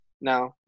No